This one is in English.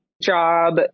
job